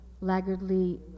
laggardly